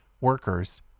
Workers